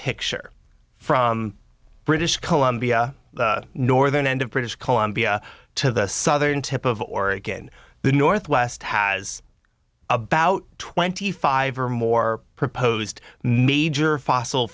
picture from british columbia the northern end of british columbia to the southern tip of oregon the northwest has about twenty five or more proposed major fossil